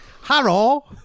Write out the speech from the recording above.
Hello